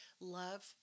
love